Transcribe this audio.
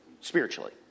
Spiritually